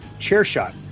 CHAIRSHOT